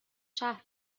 شهر